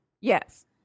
Yes